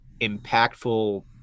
impactful